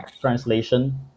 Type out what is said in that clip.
translation